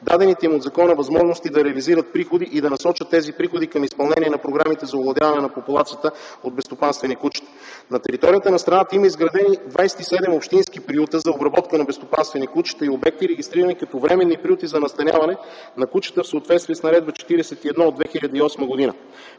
дадените им от закона възможности да реализират приходи и да насочат тези приходи към изпълнение на програмите за овладяване на популацията от безстопанствени кучета. На територията на страната има изградени 27 общински приюта за обработка на безстопанствени кучета и обекти, регистрирани като временни приюти за настаняване на кучета в съответствие с Наредба № 41 от 2008 г.